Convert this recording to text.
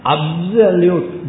Absolute